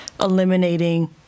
eliminating